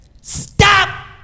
Stop